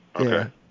Okay